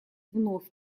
вновь